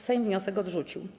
Sejm wniosek odrzucił.